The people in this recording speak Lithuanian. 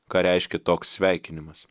ką reiškia toks sveikinimas